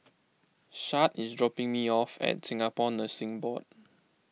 Shad is dropping me off at Singapore Nursing Board